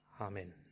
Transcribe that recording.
Amen